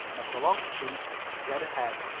and a prolonged toot dead ahead?